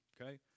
okay